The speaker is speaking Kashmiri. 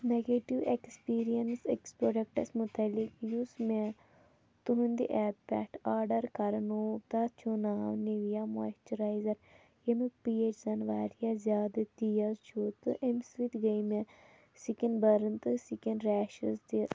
نَگیٹِو اٮ۪کٕسپیٖرَنَس أکِس پرٛڈوکٹَس متعلِق یُس مےٚ تُہٕنٛدِ ایپ پٮ۪ٹھ آرڈَر کَرٕنو تَتھ چھُو ناو نِویا مویسچِرایزَر ییٚمیُک پیٖر زَنہٕ واریاہ زیادٕ تیز چھُ تہٕ اَمہِ سۭتۍ گٔے مےٚ سِکِن بٔرٕن تہٕ سِکِن ریشٕز تہِ